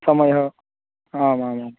समयः आमामाम्